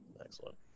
Excellent